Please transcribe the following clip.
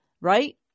right